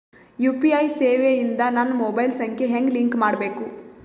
UPI ಸೇವೆ ಇಂದ ನನ್ನ ಮೊಬೈಲ್ ಸಂಖ್ಯೆ ಹೆಂಗ್ ಲಿಂಕ್ ಮಾಡಬೇಕು?